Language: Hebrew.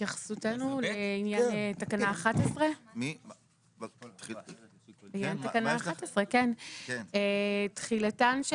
התייחסותנו לעניין תקנה 11. תחילתן של